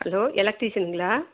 hello எலக்ட்ரீஷியன்ங்களா